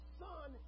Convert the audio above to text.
son